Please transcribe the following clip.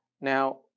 now